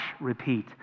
repeat